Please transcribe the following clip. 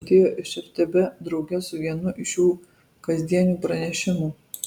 atėjo iš ftb drauge su vienu iš jų kasdienių pranešimų